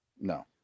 No